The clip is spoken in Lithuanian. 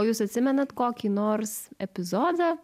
o jūs atsimenat kokį nors epizodą